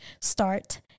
start